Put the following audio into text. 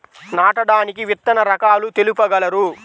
నాటడానికి విత్తన రకాలు తెలుపగలరు?